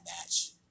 match